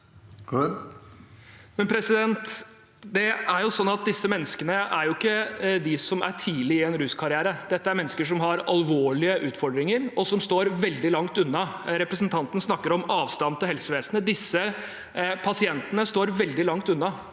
Røed (A) Disse menneskene er jo ikke de som er tidlig i en ruskarriere. Dette er mennesker som har alvorlige utfordringer, og som står veldig langt unna. Representanten snakker om avstand til helsevesenet. Disse pasientene står veldig langt unna